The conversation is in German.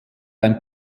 ein